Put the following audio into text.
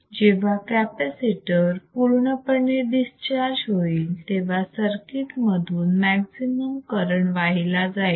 जेव्हा कॅपॅसिटर पूर्णपणे डिस्चार्ज होईल तेव्हा सर्किट मधून मॅक्सिमम करंट वाहिला जाईल